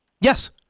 Yes